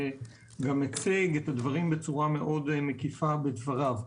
שגם הציג את הדברים בצורה מאוד מקיפה בדבריו.